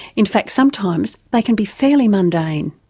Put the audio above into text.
in fact sometimes they can be fairly mundane.